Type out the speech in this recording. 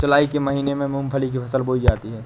जूलाई के महीने में मूंगफली की फसल बोई जाती है